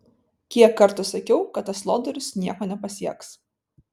kiek kartų sakiau kad tas lodorius nieko nepasieks